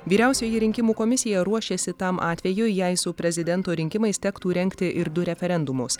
vyriausioji rinkimų komisija ruošiasi tam atvejui jei su prezidento rinkimais tektų rengti ir du referendumus